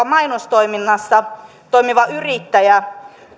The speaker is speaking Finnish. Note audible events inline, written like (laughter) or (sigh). (unintelligible) mainostoiminnassa toimiva yrittäjä